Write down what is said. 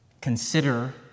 Consider